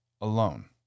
alone